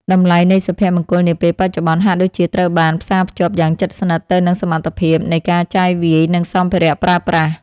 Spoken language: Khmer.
តម្លៃនៃសុភមង្គលនាពេលបច្ចុប្បន្នហាក់ដូចជាត្រូវបានផ្សារភ្ជាប់យ៉ាងជិតស្និទ្ធទៅនឹងសមត្ថភាពនៃការចាយវាយនិងសម្ភារៈប្រើប្រាស់។